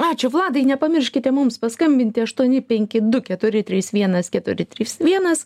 ačiū vladai nepamirškite mums paskambinti aštuoni penki du keturi trys vienas keturi trys vienas